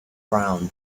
brown